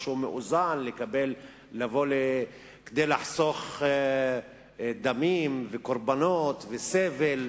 משהו מאוזן, כדי לחסוך דמים וקורבנות וסבל